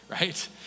right